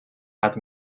had